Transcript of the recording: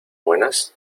buenas